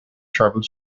travelled